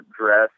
dress